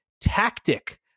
tactic